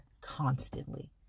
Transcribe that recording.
constantly